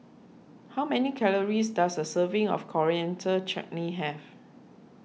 how many calories does a serving of Coriander Chutney have